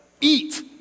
eat